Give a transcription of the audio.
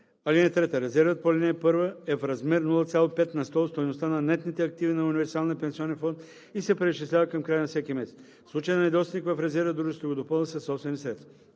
ал. 8. (3) Резервът по ал. 1 е в размер 0,5 на сто от стойността на нетните активи на универсалния пенсионен фонд и се преизчислява към края на всеки месец. В случай на недостиг в резерва дружеството го допълва със собствени средства.